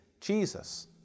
Jesus